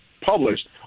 published